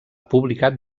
publicat